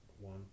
One